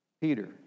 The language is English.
Peter